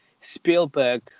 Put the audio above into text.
Spielberg